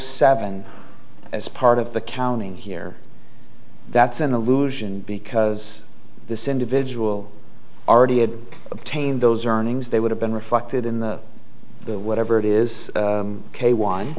seven as part of the counting here that's an illusion because this individual already had obtained those earnings they would have been reflected in the the whatever it is